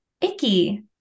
Icky